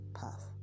path